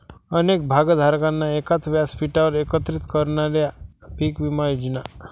अनेक भागधारकांना एकाच व्यासपीठावर एकत्रित करणाऱ्या पीक विमा योजना